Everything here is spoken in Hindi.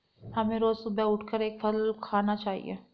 हमें रोज सुबह उठकर एक फल खाना चाहिए